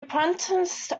apprenticed